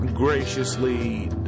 Graciously